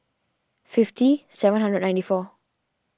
fifty seven hundred and ninety four